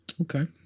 Okay